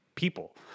people